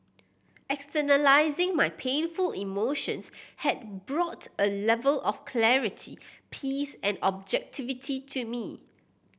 externalising my painful emotions had brought a level of clarity peace and objectivity to me